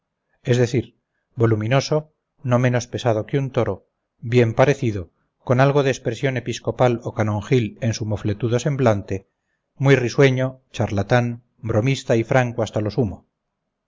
es decir voluminoso no menos pesado que un toro bien parecido con algo de expresión episcopal o canonjil en su mofletudo semblante muy risueño charlatán bromista y franco hasta lo sumo